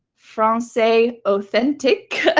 francais authentique, ah